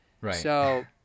Right